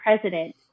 president